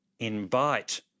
invite